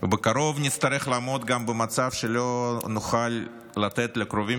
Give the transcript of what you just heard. בקרוב נצרך לעמוד גם במצב שלא נוכל לתת לקרובים